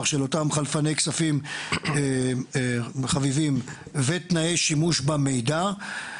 של אותם חלפני כספים חביבים ותנאי שימוש במידע.